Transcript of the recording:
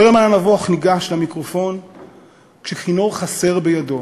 פרלמן הנבוך ניגש למיקרופון כשכינור חסר בידו.